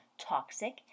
toxic